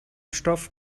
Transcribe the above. stoff